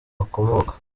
akomoka